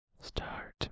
Start